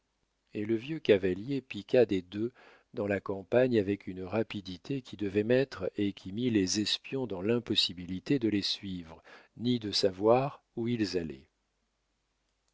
et le vieux cavalier piqua des deux dans la campagne avec une rapidité qui devait mettre et qui mit les espions dans l'impossibilité de les suivre ni de savoir où ils allaient